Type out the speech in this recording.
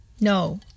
No